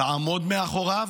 תעמוד מאחוריו.